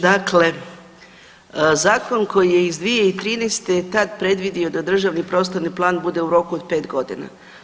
Dakle, zakon koji je iz 2013. je tada predvidio da državni prostorni plan bude u roku od 5 godina.